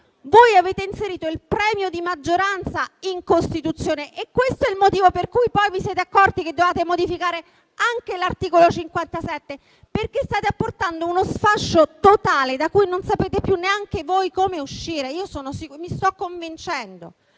Voi avete inserito il premio di maggioranza in Costituzione; questo è il motivo per cui poi vi siete accorti che dovevate modificare anche l'articolo 57, perché state apportando uno sfascio totale, da cui non sapete più neanche voi come uscire. Io mi sto convincendo,